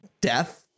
death